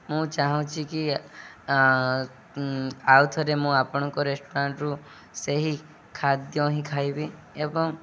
ମୁଁ ଚାହୁଁଛି କି ଆଉ ଥରେ ମୁଁ ଆପଣଙ୍କ ରେଷ୍ଟୁରାଣ୍ଟରୁ ସେହି ଖାଦ୍ୟ ହିଁ ଖାଇବି ଏବଂ